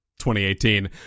2018